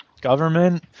government